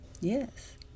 Yes